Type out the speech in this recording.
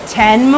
ten